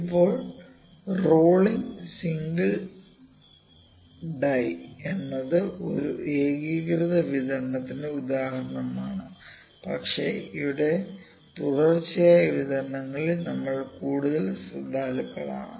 ഇപ്പോൾ rolling single die എന്നത് ഒരു ഏകീകൃത വിതരണത്തിന്റെ ഉദാഹരണമാണ് പക്ഷേ ഇവിടെ തുടർച്ചയായുള്ള വിതരണങ്ങളിൽ നമ്മൾ കൂടുതൽ ശ്രദ്ധാലുക്കളാണ്